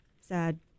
sad